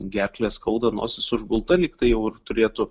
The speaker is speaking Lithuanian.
gerklę skauda nosis užgulta lyg tai jau ir turėtų